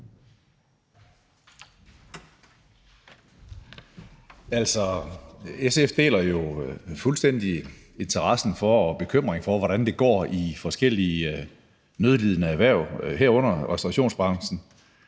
SF deler jo fuldstændig interessen og bekymringen for, hvordan det går i forskellige nødlidende erhverv, herunder restaurationsbranchen.